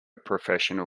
professional